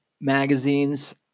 magazines